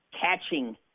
catching